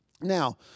Now